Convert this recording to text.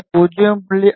இந்த 0